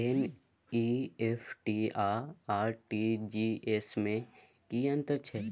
NEFT आ RTGS में की अन्तर छै?